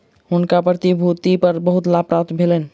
हुनका प्रतिभूति पर बहुत लाभ प्राप्त भेलैन